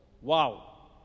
Wow